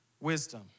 wisdom